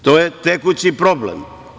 To je tekući problem.